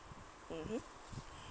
mmhmm